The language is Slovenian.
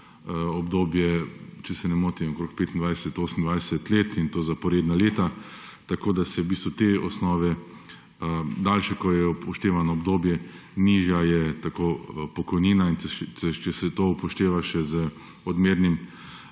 obdobje, če se ne motim, okrog 25, 28 let, in to zaporedna leta, tako da v bistvu te osnove, daljše kot je upoštevano obdobje, nižja je tako pokojnina. In če se to upošteva še z odmernim